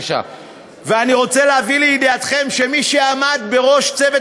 ואני רוצה להביא לידיעתכם שמי שעמד בראש צוות